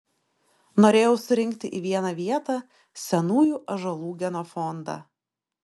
norėjau surinkti į vieną vietą senųjų ąžuolų genofondą